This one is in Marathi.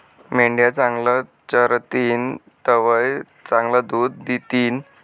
मेंढ्या चांगलं चरतीन तवय चांगलं दूध दितीन